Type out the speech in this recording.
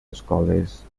escoles